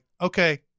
okay